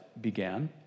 began